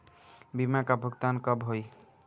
बीमा का भुगतान कब होइ?